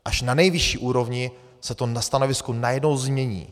Až na nejvyšší úrovni se to na stanovisku najednou změní.